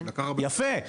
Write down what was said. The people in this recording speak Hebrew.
יפה.